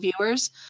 viewers